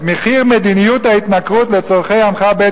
את מחיר מדיניות ההתנכרות לצורכי עמך בית